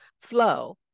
flow